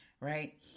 Right